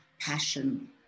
passion